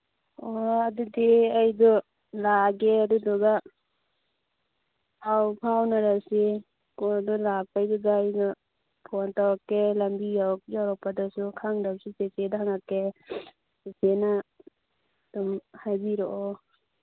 ꯑꯣ ꯑꯗꯨꯗꯤ ꯑꯩꯗꯨ ꯂꯥꯛꯑꯒꯦ ꯑꯗꯨꯗꯨꯒ ꯄꯥꯎ ꯐꯥꯎꯅꯔꯁꯤ ꯀꯣ ꯑꯗꯨ ꯂꯥꯛꯄꯩꯗꯨꯗ ꯑꯩꯅ ꯐꯣꯟ ꯇꯧꯔꯛꯀꯦ ꯂꯝꯕꯤ ꯌꯧꯔꯛ ꯌꯧꯔꯛꯄꯗꯁꯨ ꯈꯪꯗꯕꯁꯨ ꯆꯦꯆꯦꯗ ꯍꯪꯉꯛꯀꯦ ꯆꯦꯆꯦꯅ ꯑꯗꯨꯝ ꯍꯥꯏꯕꯤꯔꯛꯑꯣ